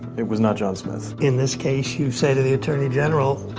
it was not john smith. in this case, you say to the attorney general,